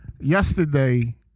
yesterday